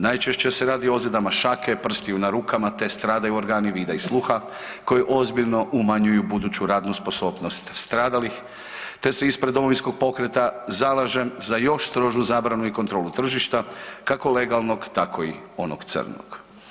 Najčešće se radi o ozljedama šake, prstiju na rukama te stradaju organi vida i sluha koji ozbiljno umanjuju buduću radnu sposobnost stradalih te se ispred Domovinskog pokreta zalažem za još strožu zabranu i kontrolu tržišta, kako legalnog, tako i onog crnog.